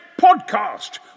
Podcast